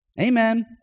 Amen